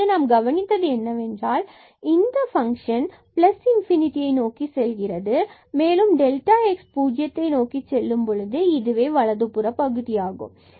தற்பொழுது நாம் கவனித்தது என்னவென்றால் இந்த பங்க்ஷன் நோக்கி செல்கிறது மேலும் டெல்டா x பூஜ்ஜியத்தை நோக்கி செல்லும் பொழுது இது வலதுபுற பகுதி ஆகும்